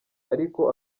ariko